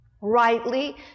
rightly